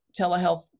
telehealth